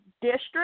district